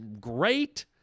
great